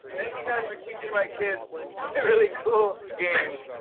thank you, guys, for teaching my kids really cool games.